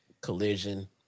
collision